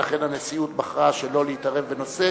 ולכן הנשיאות בחרה שלא להתערב בנושא